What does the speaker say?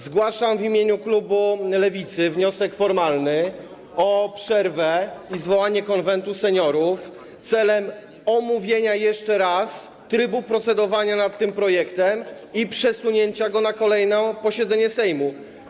Zgłaszam w imieniu klubu Lewicy wniosek formalny o przerwę i zwołanie Konwentu Seniorów celem omówienia jeszcze raz trybu procedowania nad tym projektem i przesunięcia go na kolejne posiedzenie Sejmu.